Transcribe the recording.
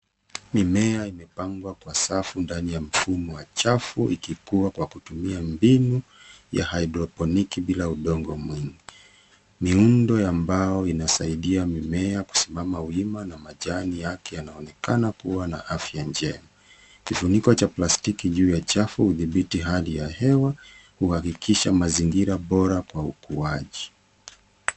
Mimea imepangwa kwa safu ndani ya mfumo wa chafu ikikua kwa kutumia mbinu ya haidroponiki bila udongo mwingi. Miundo ya mbao inasaidia mimea kusimama wima na majani yake yanaonekana kuwa na afya njema. Kifuniko cha plastiki juu ya chafu hudhibiti hali ya hewa, huhakikisha mazingira bora kwa ukuaji.